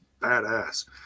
badass